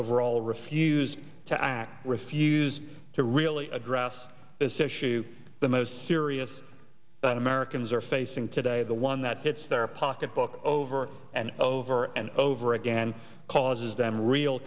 overall refused to act refuse to really address this issue the most serious that americans are facing today the one that fits their pocketbook over and over and over again causes them real